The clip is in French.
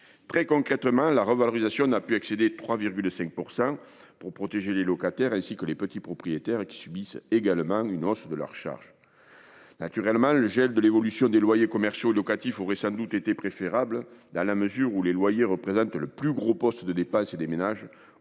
Concrètement, la revalorisation n'a pu excéder 3,5 %, pour protéger les locataires, ainsi que les petits propriétaires, qui subissent également une hausse de leurs charges. Naturellement, le gel des loyers commerciaux et locatifs aurait sans doute été préférable- le loyer représentant le plus gros poste de dépenses des ménages,